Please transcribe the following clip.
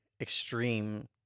extreme